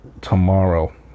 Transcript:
tomorrow